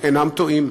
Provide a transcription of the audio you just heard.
אינם טועים?